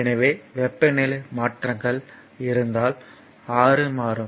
எனவே வெப்பநிலையில் மாற்றங்கள் இருந்தால் R மாறும்